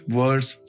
words